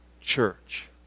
church